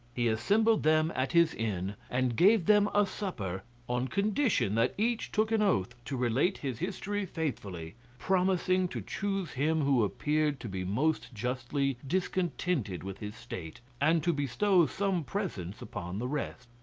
he assembled them at his inn, and gave them a supper on condition that each took an oath to relate his history faithfully, promising to choose him who appeared to be most justly discontented with his state, and to bestow some presents upon the rest.